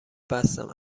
بستم